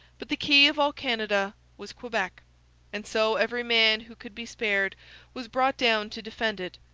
but the key of all canada was quebec and so every man who could be spared was brought down to defend it.